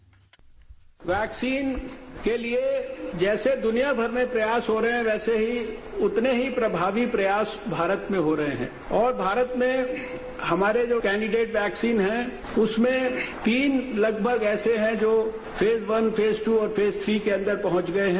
bite vaccine के लिए जैसे दुनियाभर में प्रयास हो रहे हैं वैसे ही उतने ही प्रभावी प्रयास भारत में हो रहे हैं और भारत में हमारे जो कैंडिडेट वैक्सीन हैं उसमें तीन लगभग ऐसे हैं जो फेस वन फेस दू और फेस थ्री के अंदर पहुंच गए हैं